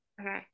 Okay